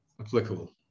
applicable